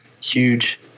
huge